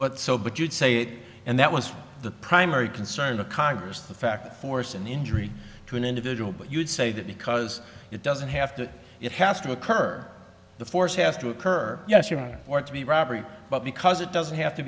but so but you'd say it and that was the primary concern of congress the fact that force an injury to an individual but you would say that because it doesn't have to it has to occur the force has to occur yes you're right for it to be robbery but because it doesn't have to